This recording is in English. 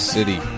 City